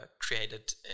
created